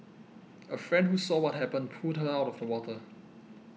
a friend who saw what happened pulled her out of the water